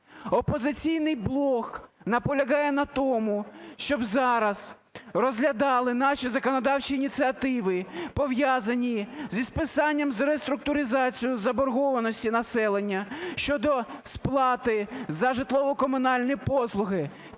"Опозиційний блок" наполягає на тому, щоб зараз розглядали наші законодавчі ініціативи, пов'язані зі списанням, з реструктуризацією заборгованості населення щодо сплати за житлово-комунальні послуги.